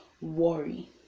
worry